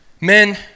Men